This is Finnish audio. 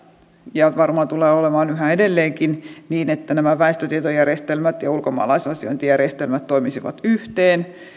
ja varmaan tulee olemaan yhä edelleenkin siinä että nämä väestötietojärjestelmät ja ulkomaalaisasiointijärjestelmät toimisivat yhteen